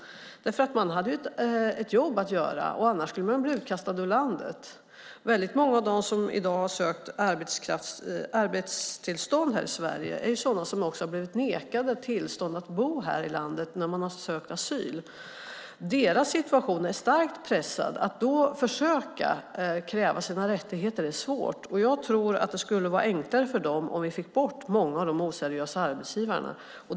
De hade ett jobb att göra, annars skulle de bli utkastade ur landet. Väldigt många av dem som i dag har sökt arbetstillstånd i Sverige är också sådana som har blivit nekade tillstånd att bo i landet när de sökt asyl. Deras situation är starkt pressad. Att då försöka kräva sina rättigheter är svårt. Jag tror att det skulle vara enklare för dem om vi fick bort många av de oseriösa arbetsgivarna.